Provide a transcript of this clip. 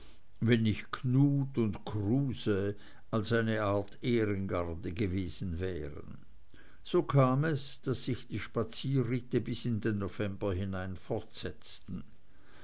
wenn nicht knut und kruse als eine art ehrengarde gewesen wären so kam es daß sich die spazierritte bis in den november